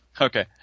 Okay